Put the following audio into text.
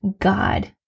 God